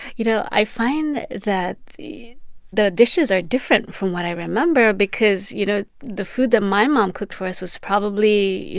you know, i find that that the the dishes are different from what i remember because, you know, the food that my mom cooked for us was probably, you